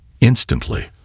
Instantly